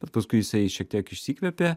bet paskui jisai šiek tiek išsikvėpė